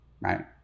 right